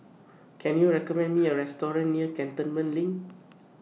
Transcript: Can YOU recommend Me A Restaurant near Cantonment LINK